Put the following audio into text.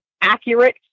accurate